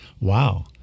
Wow